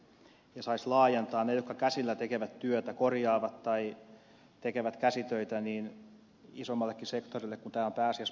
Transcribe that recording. ja tätä pitäisi laajentaa niiden osalta jotka käsillä tekevät työtä korjaavat tai tekevät käsitöitä isommallekin sektorille kun tämä on pääasiassa partureille